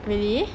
really